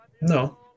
No